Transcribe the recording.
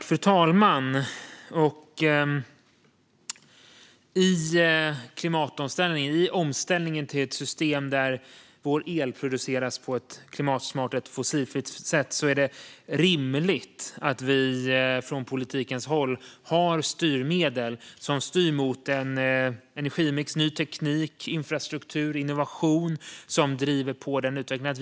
Fru talman! I omställningen till ett system där vår el produceras på ett klimatsmart och fossilfritt sätt är det rimligt att vi från politikens håll har styrmedel som styr mot en energimix, ny teknik, infrastruktur och innovation som driver på utvecklingen.